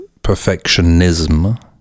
perfectionism